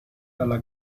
dalla